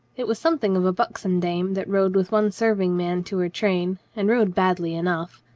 it was something of a buxom dame that rode with one serving man to her train, and rode badly enough.